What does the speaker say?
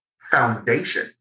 foundation